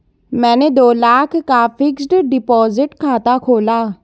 मैंने दो लाख का फ़िक्स्ड डिपॉज़िट खाता खोला